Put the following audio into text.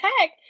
tech